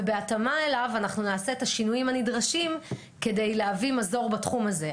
ובהתאמה אליו אנחנו נעשה את השינויים הנדרשים כדי להביא מזור בתחום הזה.